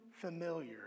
familiar